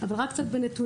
אבל אביא קצת נתונים.